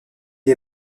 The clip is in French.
est